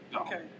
Okay